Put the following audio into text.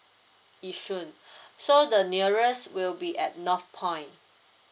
yishun so the nearest will be at northpoint